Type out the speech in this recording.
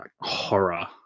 horror